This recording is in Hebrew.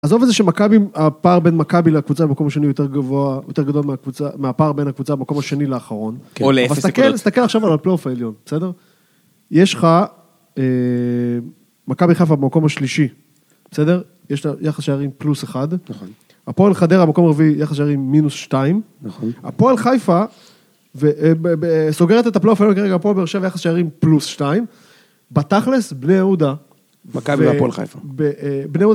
עזוב את זה שמכבי, הפער בין מכבי לקבוצה במקום השני הוא יותר גדול מהקבוצה, מהפער בין הקבוצה במקום השני לאחרון. או לאפס. אבל תסתכל עכשיו על הפלייאוף העליון, בסדר? יש לך, מכבי חיפה במקום השלישי, בסדר? יש לך יחס שערים פלוס 1. נכון. הפועל חדרה, במקום הרביעי, יחס שערים מינוס 2. נכון. הפועל חיפה, סוגרת את הפלייאוף העליון כרגע פה, ועכשיו יחס שערים פלוס 2. בתכלס, בני יהודה. מכבי והפועל חיפה. בני יהודה.